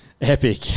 epic